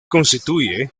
constituye